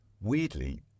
weirdly